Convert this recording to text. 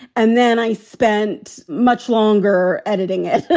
and then i spent much longer editing it.